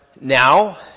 Now